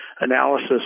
analysis